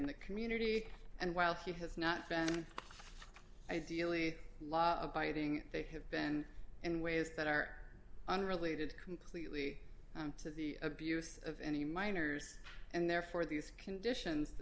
in the community and while he has not been ideally law abiding they have been in ways that are unrelated completely to the abuse of any minors and therefore these conditions